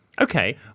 Okay